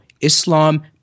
Islam